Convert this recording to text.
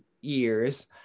years